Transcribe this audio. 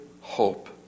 hope